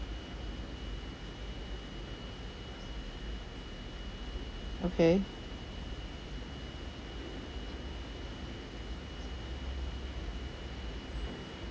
okay